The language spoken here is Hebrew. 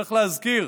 צריך להזכיר